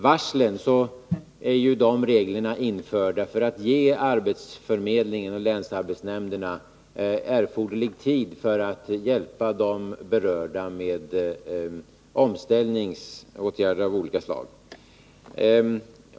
Varselreglerna är införda för att arbetsförmedlingarna och länsarbetsnämnderna skall få erforderlig tid för att hjälpa berörda med omställningsåtgärder av olika slag.